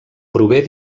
prové